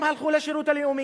הם הלכו לשירות הלאומי.